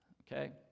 okay